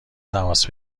تماس